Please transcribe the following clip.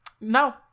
No